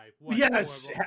yes